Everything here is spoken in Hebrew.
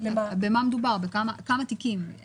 ופקיד השומה למפעלים גדולים.